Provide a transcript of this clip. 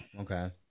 Okay